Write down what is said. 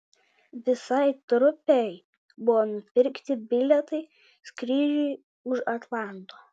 visai trupei buvo nupirkti bilietai skrydžiui už atlanto